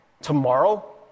tomorrow